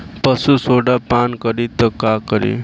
पशु सोडा पान करी त का करी?